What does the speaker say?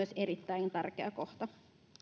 erittäin tärkeä kohta